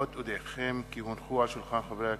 עוד אודיעכם כי הונחו על שולחן חברי הכנסת,